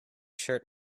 shirt